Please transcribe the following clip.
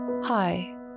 Hi